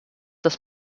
das